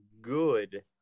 good